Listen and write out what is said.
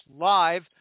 live